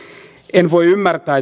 en voi ymmärtää